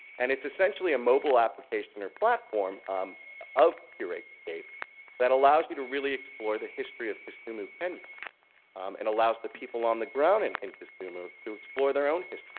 and it's essentially a mobile application or platform um of curatescape that allows you to really explore the history of kisumu, kenya and allows the people on the ground and in kisumu to explore their own history,